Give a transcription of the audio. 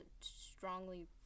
strongly